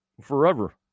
forever